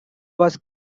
was